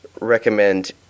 recommend